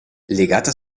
legata